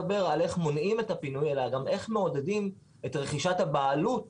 מונעים את הפינוי אלא גם איך מעודדים את רכישת הבעלות